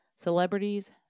Celebrities